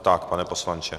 Tak, pane poslanče.